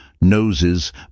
noses